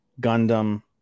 Gundam